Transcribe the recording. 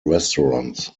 restaurants